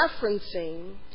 referencing